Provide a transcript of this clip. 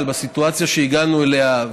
אבל בסיטואציה שהגענו אליה,